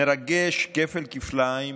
מרגש כפל-כפליים,